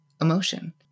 emotion